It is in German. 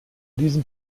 diesem